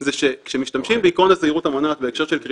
שמקובל בדיון שמתקיים במסגרת דיון מהיר,